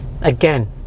Again